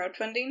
crowdfunding